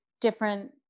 different